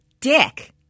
dick